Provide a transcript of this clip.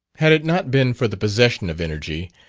had it not been for the possession of energy,